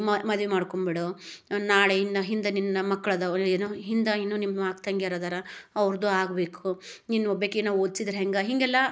ಮ ಮದ್ವೆ ಮಾಡ್ಕೊಬಿಡು ನಾಳೆ ಇನ್ನು ಹಿಂದೆ ನಿನ್ನ ಮಕ್ಳ ಅದಾವ ಏನು ಹಿಂದೆ ಇನ್ನೂ ನಿಮ್ಮ ಅಕ್ಕ ತಂಗಿಯರಿದಾರೆ ಅವ್ರದ್ದು ಆಗಬೇಕು ನಿನ್ನ ಒಬ್ಬಾಕಿನ ಓದ್ಸಿದ್ರೆ ಹೆಂಗೆ ಹೀಗೆಲ್ಲ